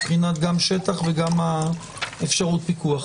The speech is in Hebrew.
גם מבחינת השטח וגם מבחינת אפשרות הפיקוח.